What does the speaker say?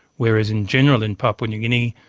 whereas in general in papua new guinea,